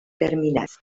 terminales